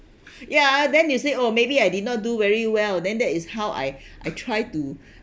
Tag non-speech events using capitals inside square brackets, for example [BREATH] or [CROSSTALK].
ya then you say oh maybe I did not do very well then that is how I [BREATH] I try to